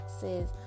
says